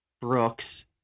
brooks